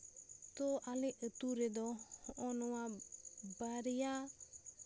ᱛᱚ ᱟᱞᱮ ᱟᱛᱳ ᱨᱮᱫᱚ ᱦᱚᱜᱼᱚᱭ ᱱᱚᱣᱟ ᱵᱟᱨᱭᱟ